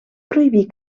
prohibir